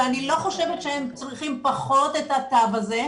ואני לא חושבת שהם צריכים פחות את התו הזה.